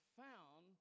found